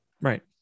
Right